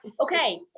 okay